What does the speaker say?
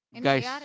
guys